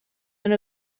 been